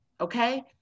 Okay